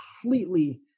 completely